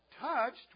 touched